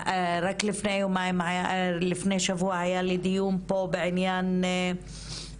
רק לפני שבוע היה לי דיון פה בעניין נשים